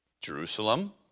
Jerusalem